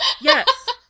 Yes